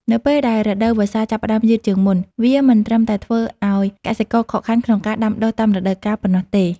នៅពេលដែលរដូវវស្សាចាប់ផ្ដើមយឺតជាងមុន វាមិនត្រឹមតែធ្វើឱ្យកសិករខកខានក្នុងការដាំដុះតាមរដូវកាលប៉ុណ្ណោះទេ។